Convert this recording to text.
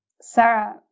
Sarah